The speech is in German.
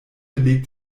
legt